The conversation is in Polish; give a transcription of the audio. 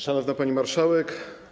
Szanowna Pani Marszałek!